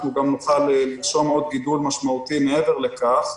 נוכל לרשום עוד גידול משמעותי מעבר לכך,